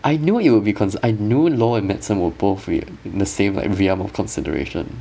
I knew you would be consi~ I knew law and medicine were both re~ the same like realm of consideration